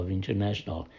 international